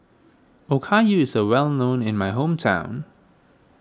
Okayu is a well known in my hometown